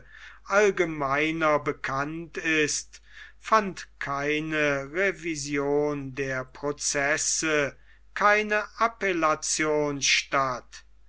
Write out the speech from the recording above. allgemeiner bekannt ist fand keine revision der processe keine appellation statt